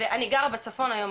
אני גרה בצפון היום,